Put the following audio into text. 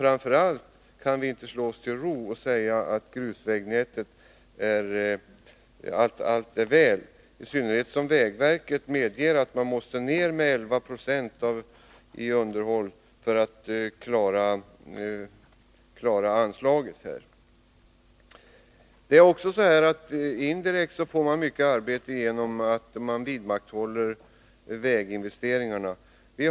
Framför allt kan vi inte slå oss till ro och mena att allt är väl när det gäller grusvägnätet, i synnerhet som vägverket medger att man måste minska underhållskostnaderna med 11 9 för att klara anslagsramen. Det är också så att man indirekt får många arbetstillfällen genom att man vidmakthåller väginvesteringarna.